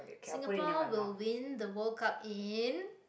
singapore will win the world-cup in